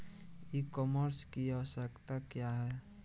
ई कॉमर्स की आवशयक्ता क्या है?